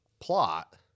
plot